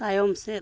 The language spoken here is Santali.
ᱛᱟᱭᱚᱢ ᱥᱮᱫ